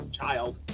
child